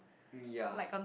yeah